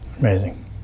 Amazing